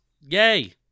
Yay